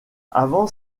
avant